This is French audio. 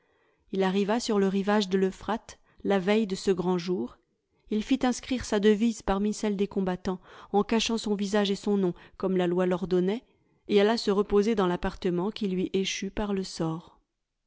il arriva sur le rivage de l'euphrate la veille de ce grand jour il fit inscrire sa devise parmi celles des combattants en cachant son visage et son nom comme la loi l'ordonnait et alla se reposer dans l'appartement qui lui échut par le sort